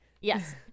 Yes